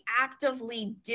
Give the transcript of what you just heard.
actively